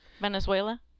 Venezuela